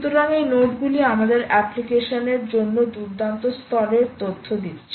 সুতরাং এই নোডগুলি আমাদের অ্যাপ্লিকেশনের জন্য দুর্দান্ত স্তরের তথ্য দিচ্ছে